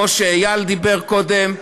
כמו שאיל אמר קודם,